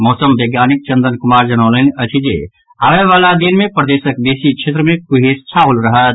मौसम वैज्ञानिक चंदन कुमार जनौलनि अछि जे आबयवला दिन मे प्रदेशक बेसी क्षेत्र मे कुहेस छाओल रहत